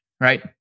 right